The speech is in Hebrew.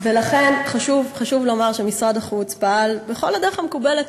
ולכן חשוב לומר שמשרד החוץ פעל בכל דרך מקובלת,